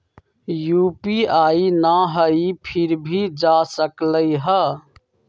UPI न हई फिर भी जा सकलई ह?